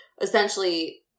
essentially